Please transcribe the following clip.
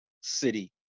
city